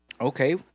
Okay